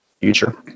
future